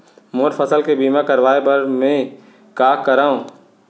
मोर फसल के बीमा करवाये बर में का करंव?